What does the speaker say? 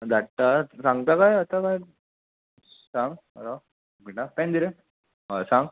धाडटात सांगता काय आतां काय सांग राव एक मिंट आं पॅन दी रे हय सांग